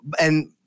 And-